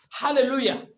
Hallelujah